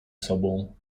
sobą